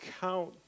count